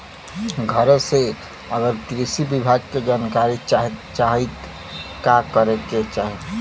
घरे से अगर कृषि विभाग के जानकारी चाहीत का करे के चाही?